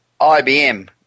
IBM